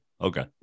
Okay